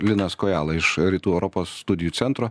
linas kojala iš rytų europos studijų centro